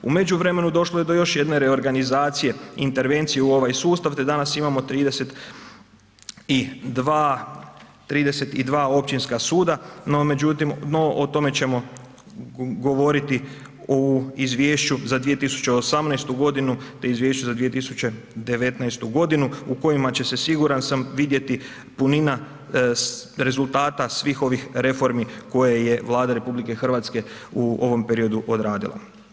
U međuvremenu došlo je do još jedne reorganizacije, intervencije u ovaj sustav te danas imamo 32 općinska suda no međutim, no o tome ćemo govoriti u izvješću za 2018. godinu te izvješću za 2019. godinu u kojima će se siguran sam vidjeti punina rezultata svih ovih reformi koje je Vlada RH u ovom periodu odradila.